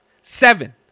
Seven